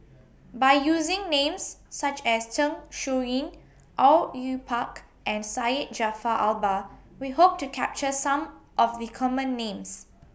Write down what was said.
By using Names such as Zeng Shouyin Au Yue Pak and Syed Jaafar Albar We Hope to capture Some of The Common Names